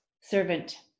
Servant